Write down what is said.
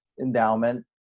endowment